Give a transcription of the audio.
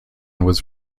was